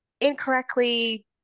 incorrectly